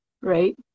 right